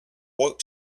warp